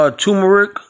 turmeric